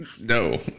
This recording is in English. No